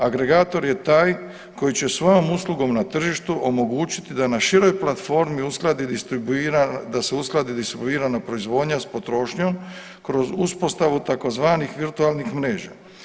Agregator je taj koji će svojom uslugom na tržištu omogućiti da na široj platformi uskladi i distribuira, da se uskladi distribuira proizvodnja s potrošnjom kroz uspostavu tzv. virtualnih mreža.